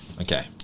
okay